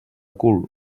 cul